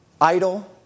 idle